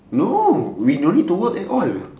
no we no need to work at all